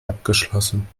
abgeschlossen